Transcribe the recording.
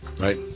right